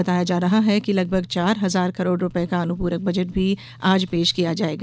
बताया जा रहा है कि लगभग चार हजार करोड़ रूपये का अनुपूरक बजट भी आज पेश किया जायेगा